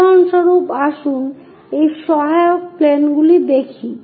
উদাহরণস্বরূপ আসুন এই সহায়ক প্লেনগুলি দেখি